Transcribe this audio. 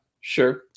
Sure